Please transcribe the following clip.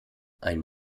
ein